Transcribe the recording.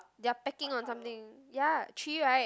they are pecking on something ya three right